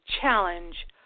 challenge